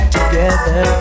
together